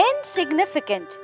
insignificant